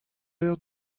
eur